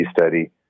study